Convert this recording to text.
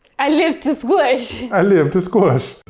i live to squish. i live to squish.